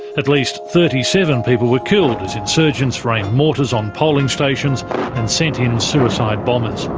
at least thirty seven people were killed as insurgents rained mortars on polling stations and sent in suicide bombers.